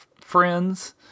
friends